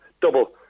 double